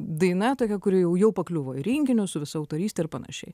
daina tokia kuri jau jau pakliuvo renginius su visa autoryste ir panašiai